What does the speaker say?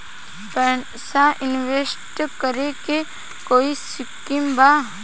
पैसा इंवेस्ट करे के कोई स्कीम बा?